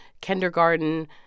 kindergarten